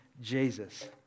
jesus